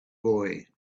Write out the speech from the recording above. boy